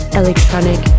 electronic